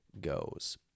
goes